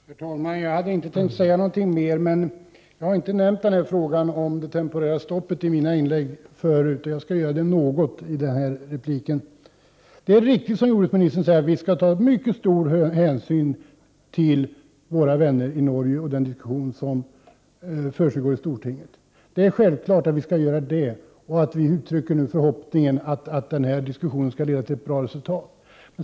Herr talman! Jag hade inte tänkt säga mer, men eftersom jag inte nämnt frågan om temporärt stopp i mina tidigare inlägg skall jag beröra den något. Det är riktigt som jordbruksministern säger, att vi skall ta mycket stor hänsyn till våra vänner i Norge och den diskussion som försiggår i Stortinget. Självfallet skall vi göra det och uttrycka förhoppningen att den diskussionen leder till ett bra resultat.